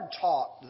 taught